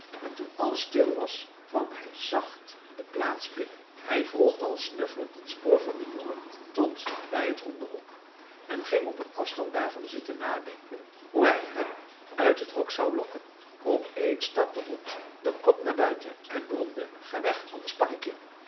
en toen alles stil was kwam hij zacht de plaats binnen hij volgde al snuffelend het spoor van den jongen tot bij het hondenhok en ging op een afstand daarvan zitten nadenken hoe hij hem uit het hok zou lokken op eens stak de hond den kop naar buiten en bromde ga weg anders pak ik je